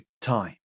time